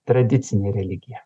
tradicinė religija